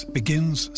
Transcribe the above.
begins